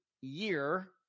year